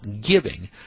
giving